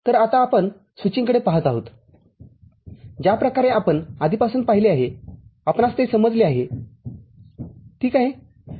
तरआता आपण स्विचिंगकडे पहात आहोत ज्या प्रकारे आपण आधीपासून पाहिले आहे आपणास ते समजले आहे ठीक आहे